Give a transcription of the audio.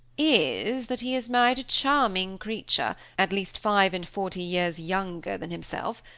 is that he has married a charming creature, at least five-and-forty years younger than himself,